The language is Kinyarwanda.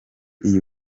iyi